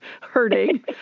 hurting